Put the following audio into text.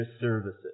services